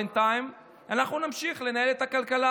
בינתיים אנחנו נמשיך לנהל את הכלכלה,